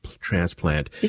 transplant